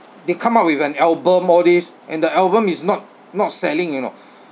they come up with an album all these and the album is not not selling you know